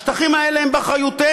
השטחים האלה באחריותנו,